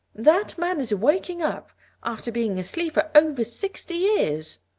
that man is waking up after being asleep for over sixty years.